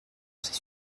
ces